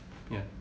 ya